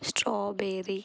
strawberry